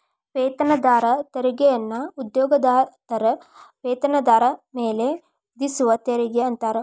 ವೇತನದಾರ ತೆರಿಗೆಯನ್ನ ಉದ್ಯೋಗದಾತರ ವೇತನದಾರ ಮೇಲೆ ವಿಧಿಸುವ ತೆರಿಗೆ ಅಂತಾರ